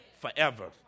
forever